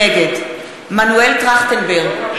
נגד מנואל טרכטנברג,